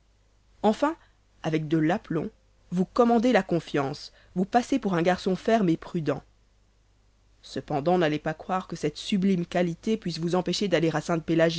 enfin avec de l'aplomb vous commandez la confiance vous passez pour un garçon ferme et prudent cependant n'allez pas croire que cette sublime qualité puisse vous empêcher d'aller